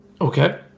Okay